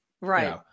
Right